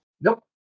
Nope